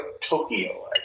Tokyo